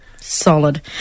Solid